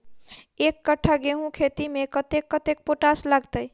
एक कट्ठा गेंहूँ खेती मे कतेक कतेक पोटाश लागतै?